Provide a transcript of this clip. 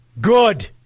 Good